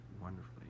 wonderfully